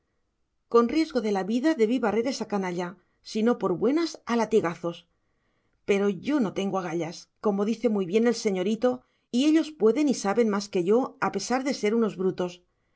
con riesgo de la vida debí barrer esa canalla si no por buenas a latigazos pero yo no tengo agallas como dice muy bien el señorito y ellos pueden y saben más que yo a pesar de ser unos brutos